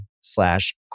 slash